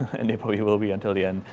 and it probably will be until the end.